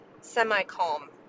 semi-calm